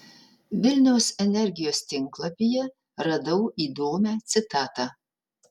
vilniaus energijos tinklapyje radau įdomią citatą